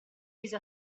mise